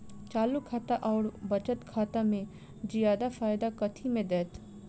चालू खाता आओर बचत खातामे जियादा ब्याज कथी मे दैत?